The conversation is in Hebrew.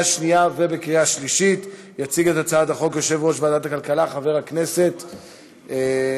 ב-1949 ואחר כך בשנות ה-50 הם פצעים קשים.